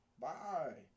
bye